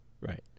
Right